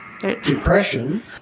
depression